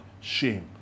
shame